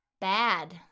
bad